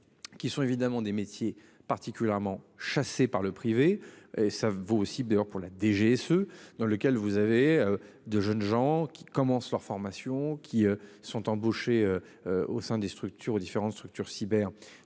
Qui sont évidemment des métiers particulièrement chassés par le privé et ça vaut aussi d'ailleurs pour la DGSE dans lequel vous avez de jeunes gens qui commencent leur formation qui sont embauchés. Au sein des structures différentes structures cyber